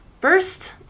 First